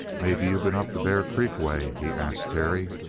maybe you been up the bear creek way? he asked terry.